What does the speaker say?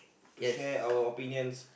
to share our opinions